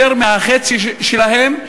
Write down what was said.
יותר ממחציתן,